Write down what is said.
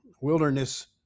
wilderness